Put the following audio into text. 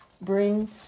Bring